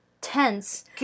tense